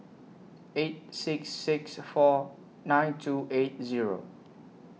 eight six six four nine two eight Zero